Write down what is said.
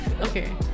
okay